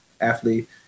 athlete